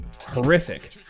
horrific